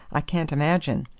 i can't imagine.